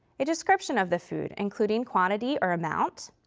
a description of the food, including quantity or amount,